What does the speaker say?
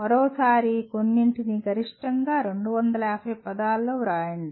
మరోసారి కొన్నింటిని గరిష్టంగా 250 పదాలలో రాయండి